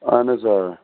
اہَن حظ آ